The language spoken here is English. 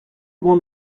won